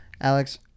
alex